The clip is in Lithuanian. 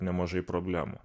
nemažai problemų